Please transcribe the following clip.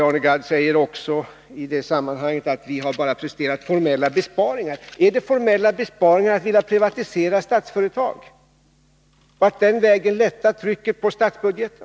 Arne Gadd säger också i det sammanhanget att vi bara presterat formella besparingar. Är det formella besparingar att privatisera valda delar av Statsföretag och att på den vägen lätta trycket på statsbudgeten?